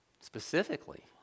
Specifically